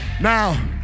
Now